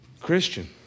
Christian